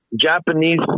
Japanese